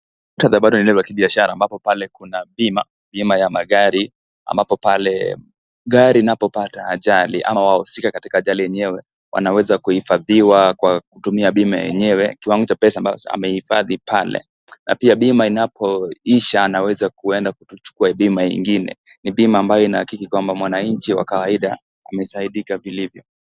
Muktadha ni ule wa kibiashara ambapo pale kuna bima, bima ya magari ambapo pale gari inapopata ajali ama wahusika katika ajali yenyewe wanaweza kuhifadhiwa kwa kutumia bima yenyewe. Kiwango cha pesa ambacho amehifadhi pale, na pia bima inapoisha anaweza kuenda kuchukua bima ingine. Ni bima ambayo inahakiki kwamba mwananchi wa kawaida amesaidika vilivyo.